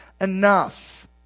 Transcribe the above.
enough